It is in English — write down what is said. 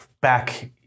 back